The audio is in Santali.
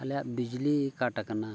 ᱟᱞᱮᱭᱟᱜ ᱵᱤᱡᱽᱞᱤ ᱠᱟᱴ ᱟᱠᱟᱱᱟ